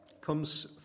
comes